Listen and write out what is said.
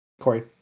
Corey